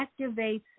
activates